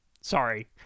sorry